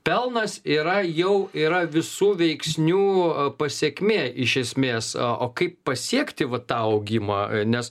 pelnas yra jau yra visų veiksnių pasekmė iš esmės o kaip pasiekti va tą augimą nes